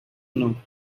know